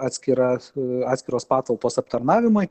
atskiras atskiros patalpos aptarnavimui